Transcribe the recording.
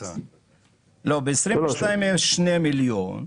ב-2022 יש 2 מיליון.